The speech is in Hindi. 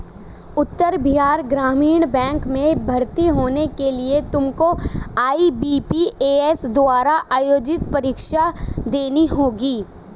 उत्तर बिहार ग्रामीण बैंक में भर्ती होने के लिए तुमको आई.बी.पी.एस द्वारा आयोजित परीक्षा देनी होगी